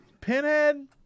Pinhead